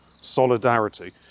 solidarity